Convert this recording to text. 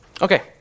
okay